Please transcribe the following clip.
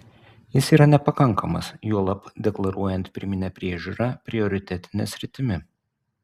jis yra nepakankamas juolab deklaruojant pirminę priežiūrą prioritetine sritimi